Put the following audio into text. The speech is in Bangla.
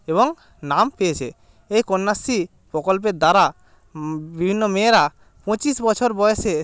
এবং নাম পেয়েছে এ কন্যাশ্রী প্রকল্পের দ্বারা বিভিন্ন মেয়েরা পঁচিশ বছর বয়সে